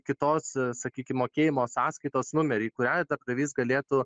kitos sakykim mokėjimo sąskaitos numerį į kurią darbdavys galėtų